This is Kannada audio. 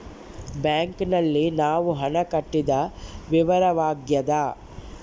ಬ್ಯಾಂಕ್ ನಲ್ಲಿ ನಾವು ಹಣ ಕಟ್ಟಿದ ವಿವರವಾಗ್ಯಾದ